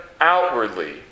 outwardly